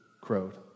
crowed